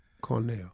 Cornell